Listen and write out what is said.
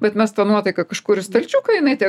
bet mes tą nuotaiką kažkur į stalčiuką jinai ten